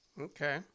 Okay